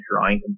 drawing